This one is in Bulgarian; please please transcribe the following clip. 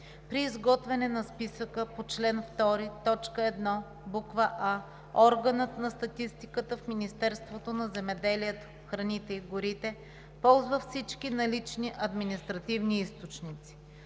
При изготвяне на списъка по чл. 2, т. 1, буква „а“ органът на статистиката в Министерството на земеделието, храните и горите ползва всички налични административни източници.